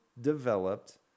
developed